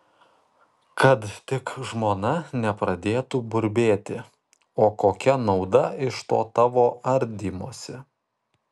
kad tik žmona nepradėtų burbėti o kokia nauda iš to tavo ardymosi